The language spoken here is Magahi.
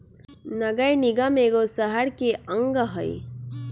नगर निगम एगो शहरके अङग हइ